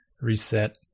Reset